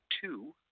two